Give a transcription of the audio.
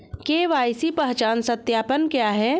KYC पहचान सत्यापन क्या है?